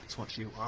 what you are.